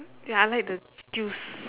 ya I like the juice